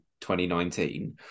2019